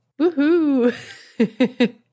Woohoo